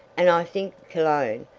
and i think, cologne,